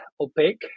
opaque